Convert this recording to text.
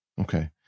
okay